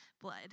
blood